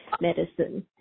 medicine